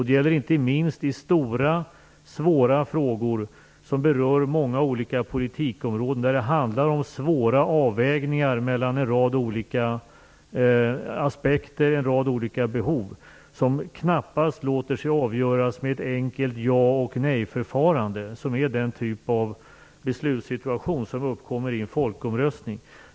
Det gäller inte minst i stora, svåra frågor som berör många olika politikområden där det handlar om svåra avvägningar mellan en rad olika aspekter och behov, som knappast låter sig avgöras med ett enkelt ja och nej-förfarande. Det är ju den typen av beslutssituation som uppkommer i en folkomröstning.